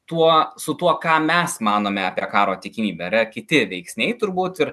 tuo su tuo ką mes manome apie karo tikimybę yra kiti veiksniai turbūt ir